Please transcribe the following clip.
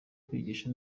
kwigisha